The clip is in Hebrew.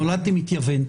נולדתי מתייוון.